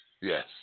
Yes